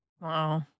Wow